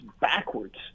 backwards